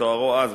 כתוארו אז,